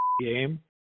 game